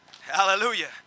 Hallelujah